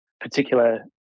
particular